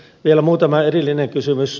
vielä muutama erillinen kysymys